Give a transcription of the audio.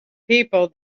people